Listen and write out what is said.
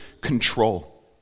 control